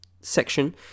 section